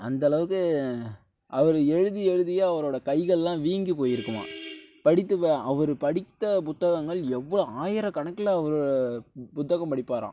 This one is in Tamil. அந்தளவுக்கு அவர் எழுதி எழுதியே அவரோட கைகள்லாம் வீங்கி போயிருக்குமாம் படித்து அவர் படித்த புத்தகங்கள் எவ்வ ஆயிரம் கணக்கில் அவர் புத்தகம் படிப்பாராம்